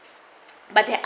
but they